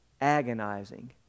agonizing